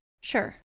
Sure